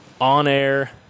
on-air